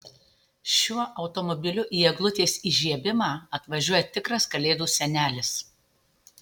šiuo automobiliu į eglutės įžiebimą atvažiuoja tikras kalėdų senelis